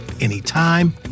anytime